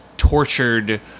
tortured